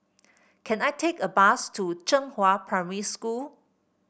can I take a bus to Zhenghua Primary School